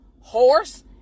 horse